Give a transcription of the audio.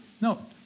No